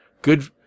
Good